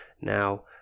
Now